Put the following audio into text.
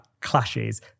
clashes